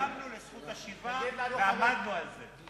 לא הסכמנו לזכות השיבה, ועמדנו על זה.